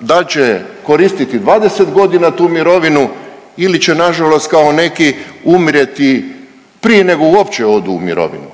da li će koristiti 20 godina tu mirovinu ili će na žalost kao neki umrijeti prije nego uopće odu u mirovinu.